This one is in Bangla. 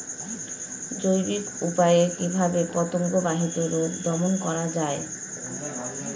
জৈবিক উপায়ে কিভাবে পতঙ্গ বাহিত রোগ দমন করা যায়?